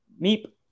meep